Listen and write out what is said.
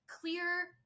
clear